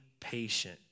patient